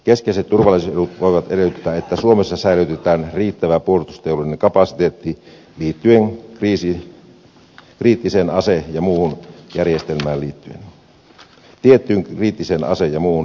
keskeiset turvallisuusedut voivat edellyttää että suomessa säilytetään riittävä puolustusteollinen kapasiteetti tiettyyn kriittiseen ase tai muuhun järjestelmään liittyen